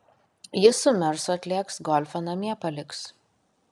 jis su mersu atlėks golfą namie paliks